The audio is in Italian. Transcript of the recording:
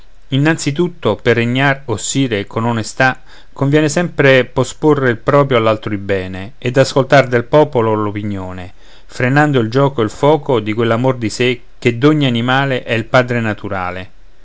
tutto per regnar o sire con onestà conviene sempre posporre il proprio all'altrui bene ed ascoltar del popol l'opinione frenando il gioco e il foco di quell'amor di sé che d'ogni male è il padre naturale